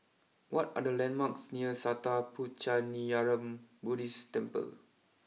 what are the landmarks near Sattha Puchaniyaram Buddhist Temple